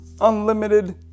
Unlimited